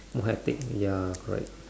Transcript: more hectic ya correct